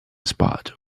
spot